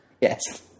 Yes